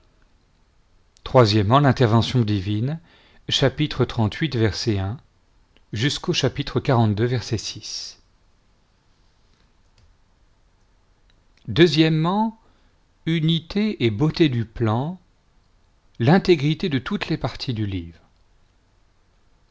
intervention divine unité et beauté du plan l'intégrité de toutes les parties du livre